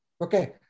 Okay